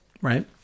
right